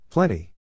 Plenty